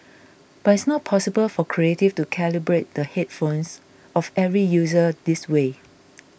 but it's not possible for Creative to calibrate the headphones of every user this way